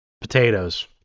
potatoes